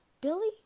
Billy